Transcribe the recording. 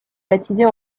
baptisé